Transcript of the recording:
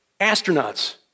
astronauts